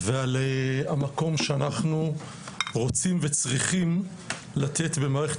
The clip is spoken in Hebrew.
ועל המקום שאנחנו רוצים וצריכים לתת במערכת